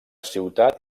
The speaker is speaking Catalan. ciutat